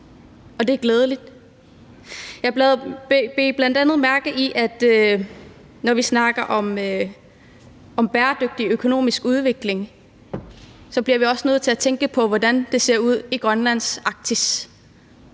og det er glædeligt. Jeg bed bl.a. mærke i, at når vi snakker om bæredygtig økonomisk udvikling, bliver vi også nødt til at tænke på, hvordan det ser ud i Grønlands Arktis.